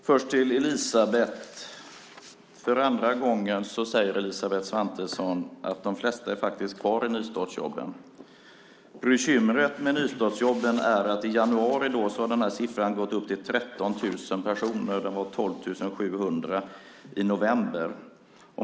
Fru talman! För andra gången säger Elisabeth Svantesson att de flesta är kvar i nystartsjobben. Bekymret med nystartsjobben är att i januari har siffran gått upp till 13 000 personer, och den var 12 700 i november.